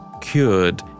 cured